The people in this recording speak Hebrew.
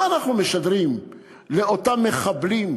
מה אנחנו משדרים לאותם מחבלים,